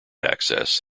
access